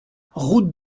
route